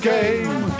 Game